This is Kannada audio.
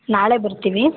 ನಾಳೆ ಬರ್ತೀವಿ